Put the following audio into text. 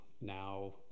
now